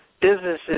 businesses